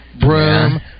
Broom